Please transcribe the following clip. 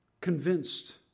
convinced